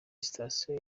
sitasiyo